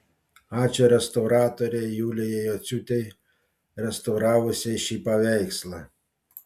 ačiū restauratorei julijai jociūtei restauravusiai šį paveikslą